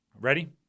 Ready